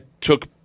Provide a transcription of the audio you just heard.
took